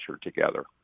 together